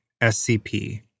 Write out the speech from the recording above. SCP